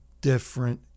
different